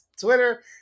Twitter